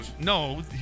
no